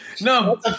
no